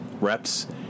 reps